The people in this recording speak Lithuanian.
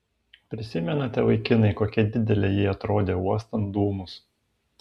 prisimenate vaikinai kokia didelė ji atrodė uostant dūmus